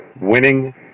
Winning